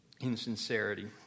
Insincerity